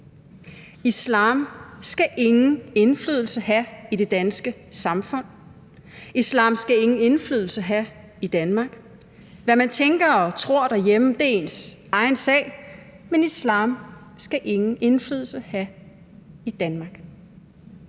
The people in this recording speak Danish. Islam skal ingen indflydelse have i det danske samfund. Islam skal ingen indflydelse have i Danmark. Hvad man tænker og tror derhjemme, er ens egen sag, men islam skal ingen indflydelse have i Danmark.